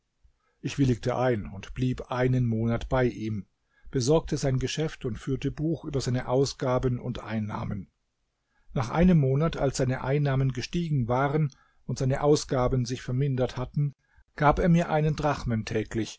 ich willigte ein und blieb einen monat bei ihm besorgte sein geschäft und führte buch über seine ausgaben und einnahmen nach einem monat als seine einnahmen gestiegen waren und seine ausgaben sich vermindert hatten gab er mir einen drachmen